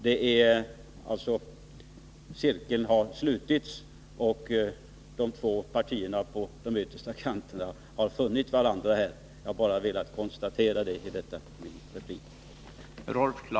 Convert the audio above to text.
Jag kan konstatera att de två partierna på ytterkanterna har funnit varandra.